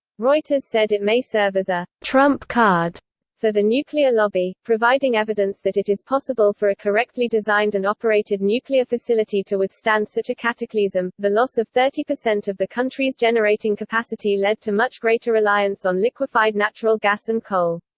reuters said it may serve as a trump card for the nuclear lobby, providing evidence that it is possible for a correctly designed and operated nuclear facility to withstand such a cataclysm the loss of thirty percent of the country's generating capacity led to much greater reliance on liquified natural gas and coal.